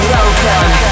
Welcome